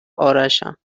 ارشم